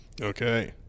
Okay